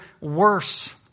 worse